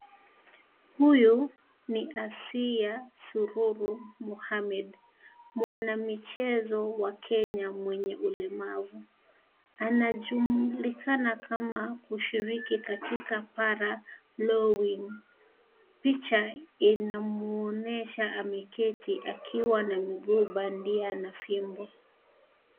Huyu ni Asiya Sururu Mohamed, mwana michezo wa Kenya mwenye ulemavu. Anajulikana kama kushiriki katika Para-Rowing . Picha inamwonyesha ameketi akiwa na mguu bandia na fimbo.